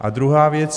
A druhá věc.